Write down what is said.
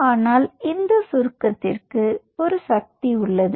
ஆனால் இந்த சுருக்கத்திற்கு ஒரு சக்தி உள்ளது